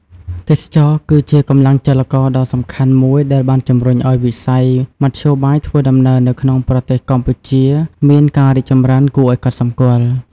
ទេសចរណ៍គឺជាកម្លាំងចលករដ៏សំខាន់មួយដែលបានជំរុញឲ្យវិស័យមធ្យោបាយធ្វើដំណើរនៅក្នុងប្រទេសកម្ពុជាមានការរីកចម្រើនគួរឲ្យកត់សម្គាល់។